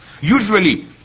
Usually